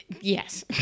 Yes